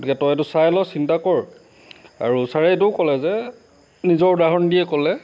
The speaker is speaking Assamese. গতিকে তই এইটো চাই ল চিন্তা কৰ আৰু ছাৰে এইটোও ক'লে যে নিজৰ উদাহৰণ দিয়ে ক'লে